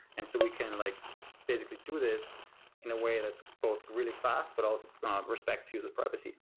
and so we can like basically do this in a way that's both really fast, but also respects user privacy.